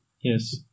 Yes